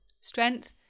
strength